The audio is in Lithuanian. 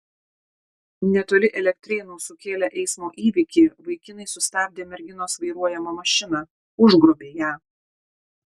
netoli elektrėnų sukėlę eismo įvykį vaikinai sustabdė merginos vairuojamą mašiną užgrobė ją